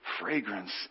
fragrance